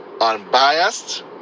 unbiased